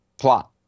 Plot